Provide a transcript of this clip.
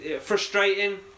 Frustrating